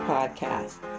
Podcast